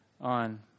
on